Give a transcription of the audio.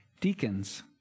deacons